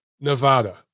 Nevada